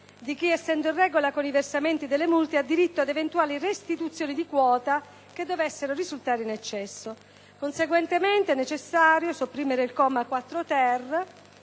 di chi, essendo in regola con i versamenti delle multe, ha diritto ad eventuali restituzioni di quote che dovessero risultassero in eccesso. È conseguentemente necessario sopprimere il comma 4-*quater*